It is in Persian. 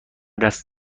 قصد